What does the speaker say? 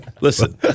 Listen